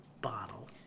bottle